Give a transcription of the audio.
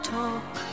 talk